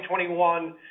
2021